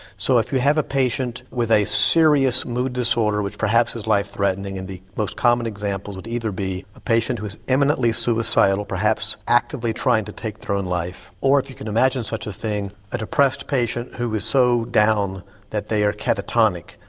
so if you have a patient with a serious mood disorder which perhaps is life threatening and the most common examples would either be a patient is eminently suicidal perhaps actively trying to take their own life or, if you can imagine such a thing, a depressed patient who is so down that they are catatonic,